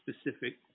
specific